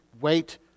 wait